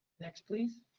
next, please.